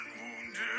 Wounded